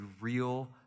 real